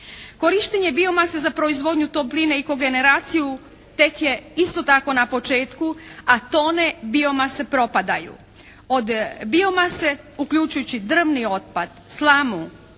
Korištenje biomase za proizvodnju topline i kogeneraciju tek je isto tako na početku, a tone biomase propadaju. Od biomase uključujući drvni otpad, slamu,